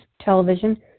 television